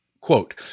quote